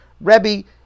Rebbe